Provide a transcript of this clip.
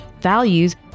values